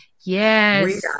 Yes